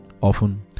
often